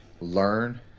Learn